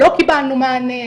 לא קיבלנו מענה.